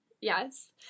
yes